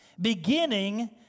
beginning